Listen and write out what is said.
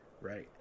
right